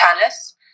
tennis